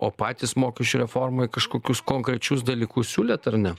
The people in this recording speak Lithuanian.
o patys mokesčių reformai kažkokius konkrečius dalykus siūlėt ar ne